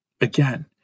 Again